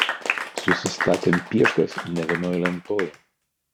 susistatėm pieškas ne vietoj lentoj